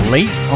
Late